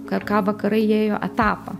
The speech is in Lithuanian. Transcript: ką ką vakarai ėjo etapą